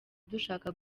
dushaka